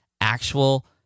actual